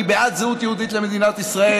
אני בעד זהות יהודית למדינת ישראל.